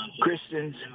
Christians